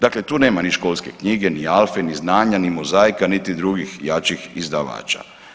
Dakle, tu nema ni Školske knjige, ni Alfe, ni Znanja, ni Mozaika niti drugih jačih izdavača.